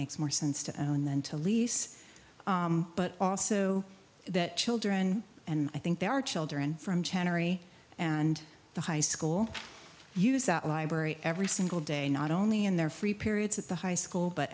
makes more sense to own than to lease but also that children and i think there are children from channel and the high school use that library every single day not only in their free periods at the high school but